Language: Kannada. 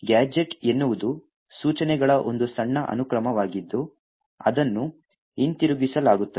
ಗ್ಯಾಜೆಟ್ ಎನ್ನುವುದು ಸೂಚನೆಗಳ ಒಂದು ಸಣ್ಣ ಅನುಕ್ರಮವಾಗಿದ್ದು ಅದನ್ನು ಹಿಂತಿರುಗಿಸಲಾಗುತ್ತದೆ